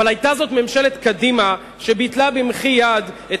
אבל היתה זו ממשלת קדימה שביטלה במחי יד את